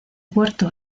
puerto